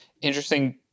interesting